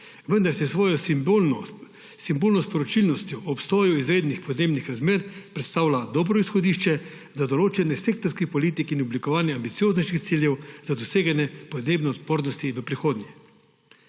vendar s svojo simbolno sporočilnostjo o obstoju izrednih podnebnih razmer predstavlja dobro izhodišče za določene sektorske politike in oblikovanje ambicioznejših ciljev za doseganje podnebne odpornosti v prihodnje.